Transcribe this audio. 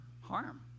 harm